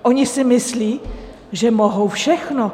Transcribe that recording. Oni si myslí, že mohou všechno.